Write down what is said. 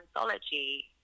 anthology